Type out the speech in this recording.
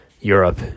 Europe